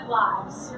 lives